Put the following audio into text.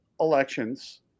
elections